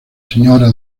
señora